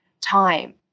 time